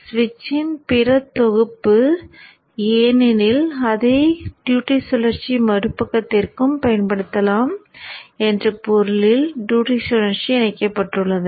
சுவிட்சின் பிற தொகுப்பு ஏனெனில் அதே டியூட்டி சுழற்சியை மறுபக்கத்திற்கும் பயன்படுத்தலாம் என்ற பொருளில் டியூட்டி சுழற்சி இணைக்கப்பட்டுள்ளது